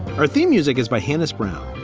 our theme music is by hani's brown.